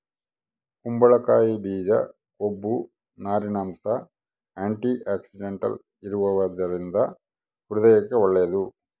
ಕುಂಬಳಕಾಯಿ ಬೀಜ ಕೊಬ್ಬು, ನಾರಿನಂಶ, ಆಂಟಿಆಕ್ಸಿಡೆಂಟಲ್ ಇರುವದರಿಂದ ಹೃದಯಕ್ಕೆ ಒಳ್ಳೇದು